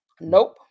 nope